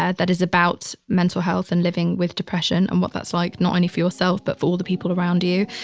and that is about mental health and living with depression and what that's like. not only for yourself, but for all the people around you.